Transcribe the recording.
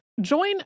Join